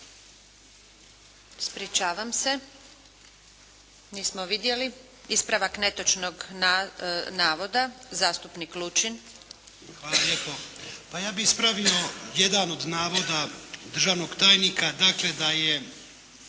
Ispričavam se. Nismo vidjeli. Ispravak netočnog navoda, zastupnik Lučin. **Lučin, Šime (SDP)** Hvala lijepo. Pa ja bih ispravio jedan od navoda državnog tajnika dakle, da je